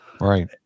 Right